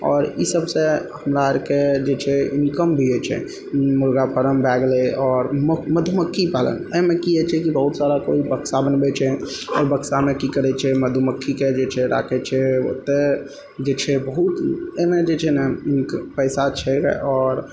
आओर ई सबसँ हमरा अरके इनकम भी हय छै मुर्गा फोरम भए गेलै आओर मधुमक्खी पालन अइ मे की हय छै कि बहुत सारा बक्सा बनबै छै ओइ बक्सामे की करै छै मधुमक्खी के जे छै राखै छै ओतऽ जे छै बहुत अइमे जे छै ने पैसा छै आओर